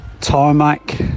Tarmac